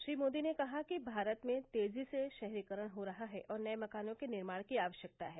श्री मोदी ने कहा कि भारत में तेजी से शहरीकरण हो रहा है और नये मकानों के निर्माण की आवश्यकता है